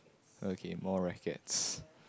okay more rackets